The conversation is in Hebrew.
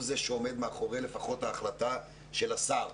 זה שעומד לפחות מאחורי ההחלטה של השר.